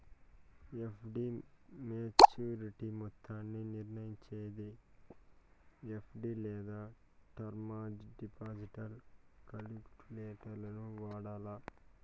FD maturity మొత్తాన్ని నిర్నయించేదానికి FD లేదా టర్మ్ డిపాజిట్ కాలిక్యులేటరును వాడాల